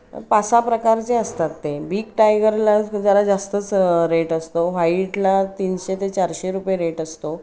पाच सहा प्रकारचे असतात ते बिग टायगरला जरा जास्तच रेट असतो व्हाईटला तीनशे ते चारशे रुपये रेट असतो